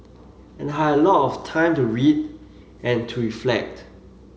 and had a lot of time to read and to reflect